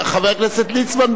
חבר הכנסת ליצמן,